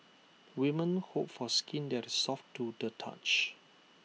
women hope for skin that is soft to the touch